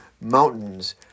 mountains